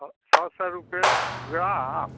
छ छः सौ रुपये ग्राम